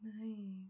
nice